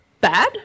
bad